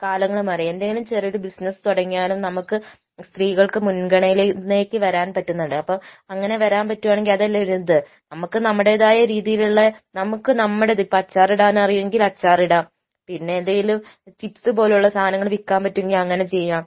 കാലങ്ങൾ മാറി എന്തേലും ചെറിയ ഒരു ബിസിനസ് തുടങ്ങിയാലും നമുക്ക് സ്ത്രീകൾക്ക് മുൻഗണനയിലേക്ക് വരാൻ പറ്റുന്നുണ്ട് അപ്പോൾ അങ്ങനെ വരാൻ പറ്റുവാണെങ്കിൽ അതല്ലേ ഒരു ഇത് നമുക്ക് നമ്മുടേതായ രീതിയിലുള്ള നമുക്ക് നമ്മുടേത് ഇപ്പോൾ അച്ചാറിടാൻ അറിയുമെങ്കിൽ അച്ചാർ ഇടാം പിന്നെ എന്തേലും ചിപ്സ് പോലുള്ള സാധനങ്ങൾ വിൽക്കാൻ പറ്റുമെങ്കിൽ അങ്ങനെ ചെയ്യാം